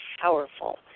powerful